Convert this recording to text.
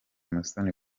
musoni